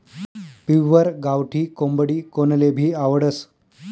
pure गावठी कोंबडी कोनलेभी आवडस